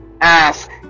ask